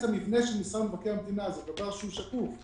זה דבר שהוא שקוף.